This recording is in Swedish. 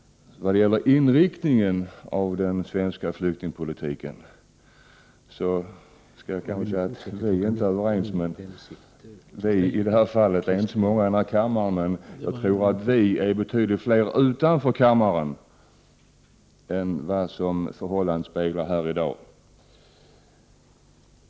För det första är en samlad majoritet i riksdagen överens om att den svenska flyktingpolitiken skall vara generös. För det andra är man också överens om, och har slagit fast, att varje form av rasism, dvs. att behandla människor negativt på grund av deras hudfärg, ras eller religion, skall bekämpas med alla demokratiska medel. Det är bra att vi så långt är överens. Däremot är vi inte, herr talman, överens om inriktningen. Vi är inte så många i den här kammaren som anser detta, men jag tror att vi är betydligt fler utanför kammaren än vad som speglas av förhållandet här i dag.